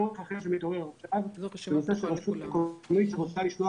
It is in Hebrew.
צורך אחר שמתעורר זה הנושא של רשות מקומית שרוצה לשלוח